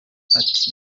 ati